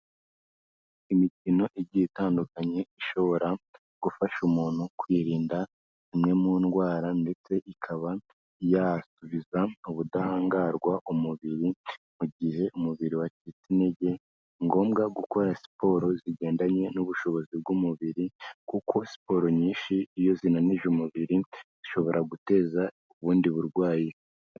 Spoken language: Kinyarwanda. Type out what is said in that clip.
Imikino igiye itandukanye ishobora gufasha umuntu kwirinda imwe mu ndwara ndetse ikaba yasubiza ubudahangarwa umubiri mu gihe umubiri wacitse intege, ni ngombwa gukora siporo zigendanye n'ubushobozi bw'umubiri kuko siporo nyinshi iyo zinanije umubiri ishobora guteza ubundi burwayi.